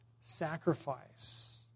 sacrifice